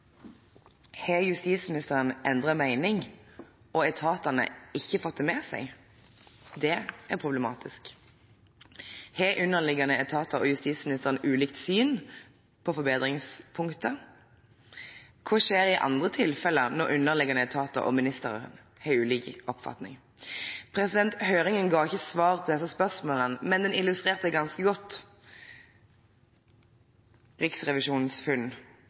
Har justisministeren endret mening og etatene ikke fått det med seg? Det er problematisk. Har underliggende etater og justisministeren ulikt syn på forbedringspunkter? Hva skjer i andre tilfeller når underliggende etater og ministeren har ulik oppfatning? Høringen ga ikke svar på disse spørsmålene, men den illustrerte ganske godt Riksrevisjonens funn